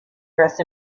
dressed